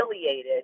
affiliated